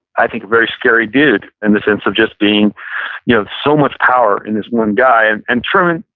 i think a very scary dude in the sense of just being you know so much power in this one guy. and and truman,